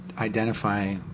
identify